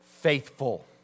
faithful